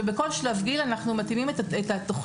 כשבכל שלב גיל אנחנו מתאימים את התכנית,